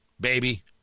baby